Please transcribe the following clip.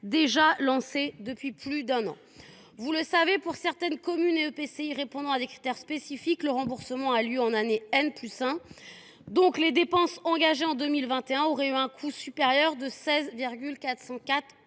il y a plus d’un an. Comme vous le savez, pour certaines communes et EPCI répondant à des critères spécifiques, le remboursement a lieu en année . Par conséquent, les dépenses engagées en 2021 auraient un coût supérieur de 16,404 %